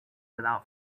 without